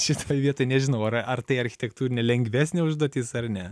šitoje vietoj nežinau ar ar tai architektūrinė lengvesnė užduotis ar ne